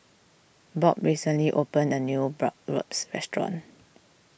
Bob recently opened a new Bratwurst restaurant